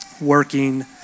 working